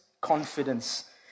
confidence